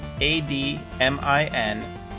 a-d-m-i-n